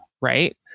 right